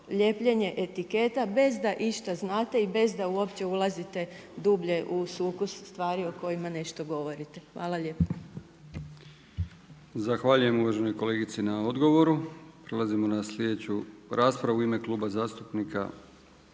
Lijepljenje etiketa bez da išta znate i bez da uopće ulazite dublje u sukus stvarima o kojima nešto govorite. Hvala lijepo. **Brkić, Milijan (HDZ)** Zahvaljujem uvaženoj kolegici na odgovoru. Prolazimo na slijedeću raspravu. U ime Kluba zastupnika